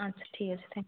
আচ্ছা ঠিক আছে থ্যাংক